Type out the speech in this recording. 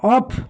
of